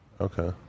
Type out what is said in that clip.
Okay